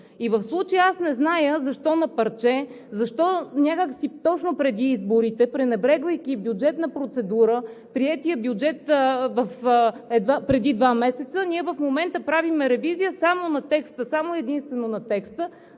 В случая аз не знам защо на парче, защо някак си точно преди изборите, пренебрегвайки бюджетна процедура – приетия бюджет преди два месеца, ние в момента правим ревизия само и единствено на текста